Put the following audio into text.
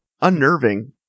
Unnerving